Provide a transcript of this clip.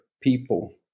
people